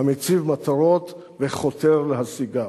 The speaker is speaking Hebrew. המציב מטרות וחותר להשיגן.